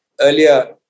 Earlier